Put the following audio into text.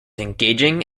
engaging